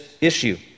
issue